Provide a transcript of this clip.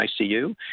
ICU